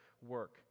work